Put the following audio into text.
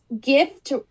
gift